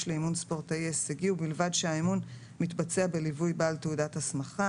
לאימון ספורטאי הישגי ובלבד שהאימון מתבצע בליווי בעל תעודת הסמכה.